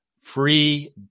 free